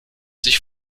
sich